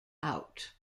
out